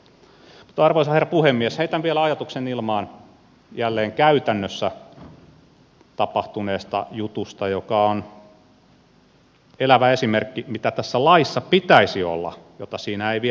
mutta arvoisa herra puhemies heitän vielä ajatuksen ilmaan jälleen käytännössä tapahtuneesta jutusta joka on elävä esimerkki mitä sellaista tässä laissa pitäisi olla jota siinä ei vielä ole